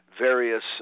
various